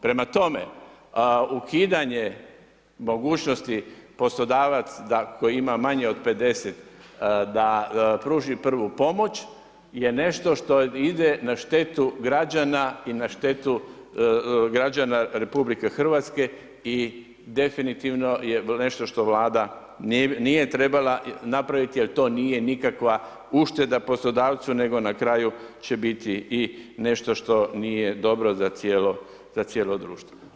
Prema tome a ukidanje mogućnosti poslodavac da ako ima manje od 50 da pruži prvu pomoć je nešto što ide na štetu građana i na štetu građana RH i definitivno je nešto što vlada nije trebala napraviti jer to nije nikakva ušteda poslodavcu nego na kraju će biti i nešto što nije dobro za cijelo društvo.